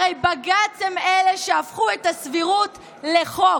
הרי בג"ץ הם אלה שהפכו את הסבירות לחוק.